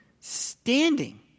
standing